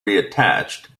reattached